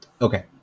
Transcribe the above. Okay